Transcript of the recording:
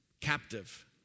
captive